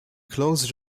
close